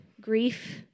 grief